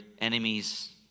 enemies